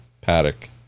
paddock